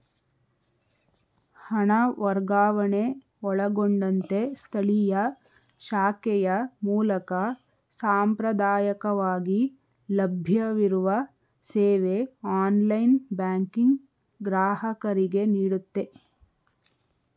ಹಣ ವರ್ಗಾವಣೆ ಒಳಗೊಂಡಂತೆ ಸ್ಥಳೀಯ ಶಾಖೆಯ ಮೂಲಕ ಸಾಂಪ್ರದಾಯಕವಾಗಿ ಲಭ್ಯವಿರುವ ಸೇವೆ ಆನ್ಲೈನ್ ಬ್ಯಾಂಕಿಂಗ್ ಗ್ರಾಹಕರಿಗೆನೀಡುತ್ತೆ